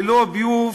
ללא ביוב